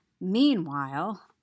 Meanwhile